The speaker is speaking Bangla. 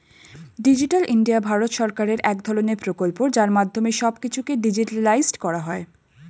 ডিজিটাল ইন্ডিয়া ভারত সরকারের এক ধরণের প্রকল্প যার মাধ্যমে সব কিছুকে ডিজিটালাইসড করা হয়